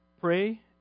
pray